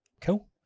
cool